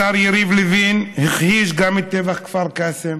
השר יריב לוין הכחיש גם את טבח כפר קאסם,